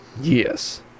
Yes